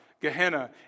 Gehenna